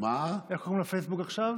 איך קוראים לפייסבוק עכשיו?